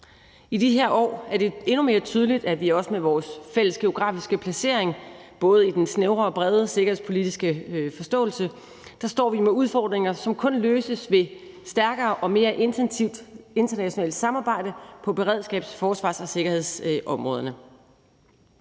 I de her år er det endnu mere tydeligt, at vi også med vores fælles geografiske placering, og det gælder både i den snævre og brede sikkerhedspolitiske forståelse, står med udfordringer, som kun løses ved et stærkere og mere intensivt internationalt samarbejde på beredskabs-, forsvars- og sikkerhedsområderne.